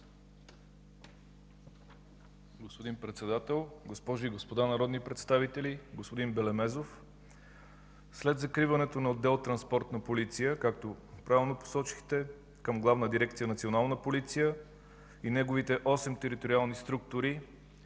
Господин Председател, госпожи и господа народни представители! Господин Белемезов, след закриването на отдел „Транспортна полиция”, както правилно посочихте – към Главна дирекция „Национална полиция” и неговите осем териториални структури,